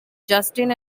justin